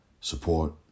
support